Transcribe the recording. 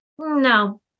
No